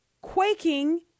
quaking